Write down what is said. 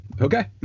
Okay